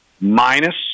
minus